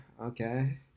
okay